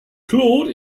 claude